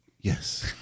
Yes